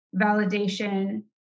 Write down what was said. validation